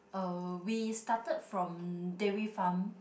uh we started from Dairy Farm